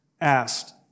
asked